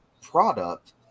Product